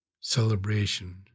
celebration